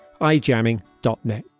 ijamming.net